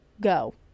go